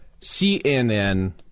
CNN